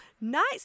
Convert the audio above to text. nice